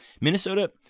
minnesota